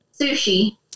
Sushi